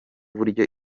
buryo